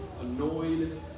annoyed